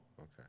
Okay